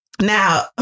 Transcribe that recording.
Now